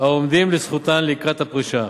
העומדים לזכותן לקראת הפרישה.